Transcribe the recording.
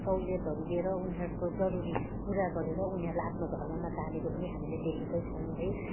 सहुलियतहरू दिएर उनीहरूको जरुरी पुरा गरेर उनीहरूलाई आफ्नो धर्ममा तानेको पनि हामीले देखेकै छौँ है